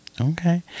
okay